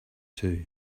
too